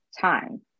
time